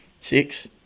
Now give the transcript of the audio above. six